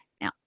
Now